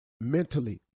mentally